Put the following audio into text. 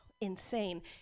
insane